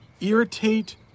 irritate